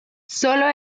sólo